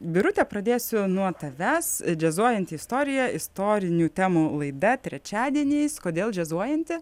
birute pradėsiu nuo tavęs džiazuojanti istorija istorinių temų laida trečiadieniais kodėl džiazuojanti